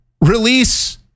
release